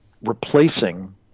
replacing